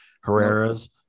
Herrera's